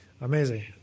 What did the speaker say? Amazing